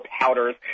powders